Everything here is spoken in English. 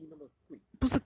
C_O_E 那么贵